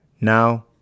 Now